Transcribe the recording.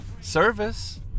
service